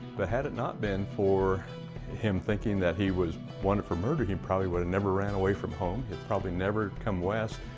but had it not been for him thinking that he was wanted for murder, he probably would've never ran away from home, he'd probably never come west,